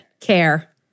Care